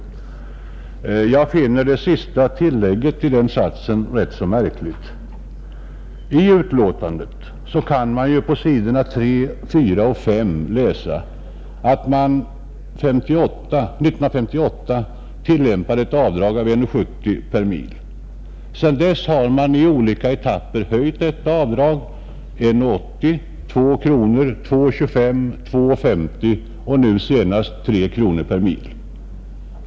Jag finner sista delen av den satsen ganska märklig, I betänkandet kan vi på s. 3, 4 och 5 läsa att man 1958 tillämpade ett avdrag på 1:70 per mil. Sedan har man i olika etapper höjt detta avdrag till 1:80, 2:00, 2:25, 2:50 och nu senast till 3:00 kronor per mil.